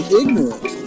ignorant